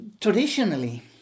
traditionally